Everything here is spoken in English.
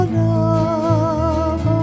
love